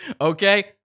Okay